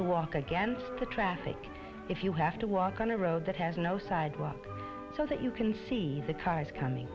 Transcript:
to walk against the traffic if you have to walk on a road that has no sidewalk so that you can see the cars coming